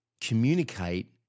communicate